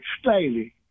Staley